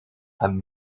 hebben